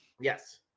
Yes